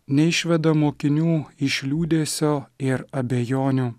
neišveda mokinių iš liūdesio ir abejonių